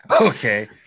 Okay